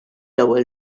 ewwel